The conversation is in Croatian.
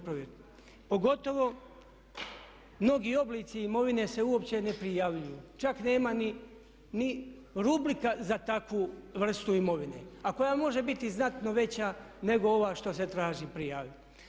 Pogotovo mnogi oblici imovine se uopće ne prijavljuju čak nema ni rubrika za takvu vrstu imovine, a koja može biti znatno veća nego ova što se traži prijaviti.